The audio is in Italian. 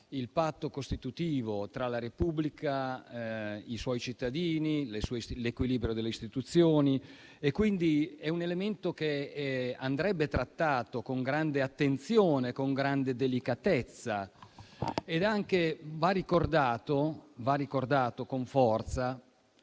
il patto costitutivo tra la Repubblica, i suoi cittadini e l'equilibrio delle istituzioni, quindi è un elemento che andrebbe trattato con grande attenzione e con grande delicatezza. Va anche ricordato con forza